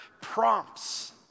prompts